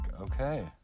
okay